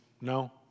No